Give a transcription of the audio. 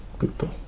people